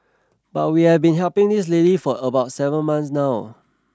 but we have been helping this lady for about seven months now